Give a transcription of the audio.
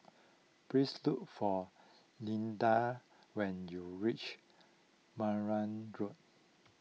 please look for Leandra when you reach Marang Road